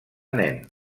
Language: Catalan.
nen